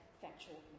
factual